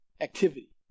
activity